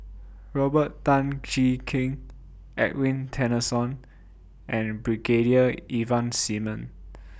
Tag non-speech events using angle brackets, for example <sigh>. Robert Tan Jee Keng Edwin Tessensohn and Brigadier Ivan Simon <noise>